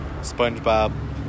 Spongebob